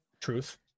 Truth